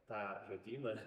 tą žodyną